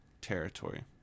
territory